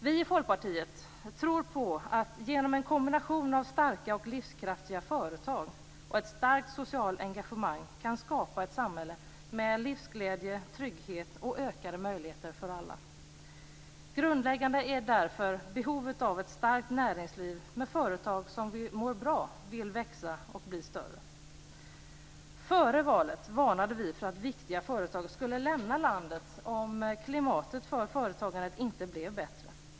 Vi i Folkpartiet tror på att vi genom en kombination av starka och livskraftiga företag och ett starkt socialt engagemang kan skapa ett samhälle med livsglädje, trygghet och ökade möjligheter för alla. Grundläggande är därför behovet av ett starkt näringsliv med företag som mår bra, vill växa och bli större. Före valet varnade vi för att viktiga företag skulle lämna landet om klimatet för företagande inte blev bättre.